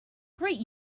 great